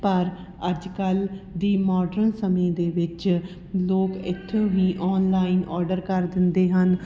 ਪਰ ਅੱਜ ਕੱਲ੍ਹ ਦੀ ਮੋਡਰਨ ਸਮੇਂ ਦੇ ਵਿੱਚ ਲੋਕ ਇੱਥੋਂ ਹੀ ਔਨਲਾਈਨ ਔਡਰ ਕਰ ਦਿੰਦੇ ਹਨ